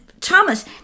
Thomas